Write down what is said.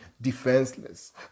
defenseless